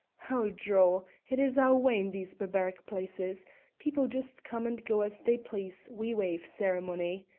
how droll! it is our way in these barbaric places people just come and go as they please we waive ceremony.